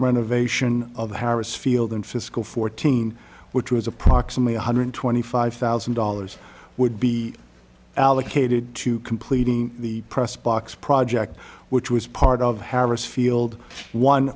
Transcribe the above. renovation of the harris field in fiscal fourteen which was approximately one hundred twenty five thousand dollars would be allocated to completing the press box project which was part of harris field one